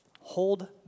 hold